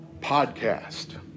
Podcast